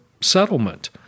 settlement